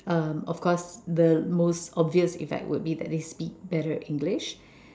uh of course the most obvious effect would be that they speak better English